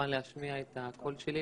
ולהשמיע את הקול שלי.